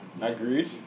Agreed